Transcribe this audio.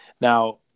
Now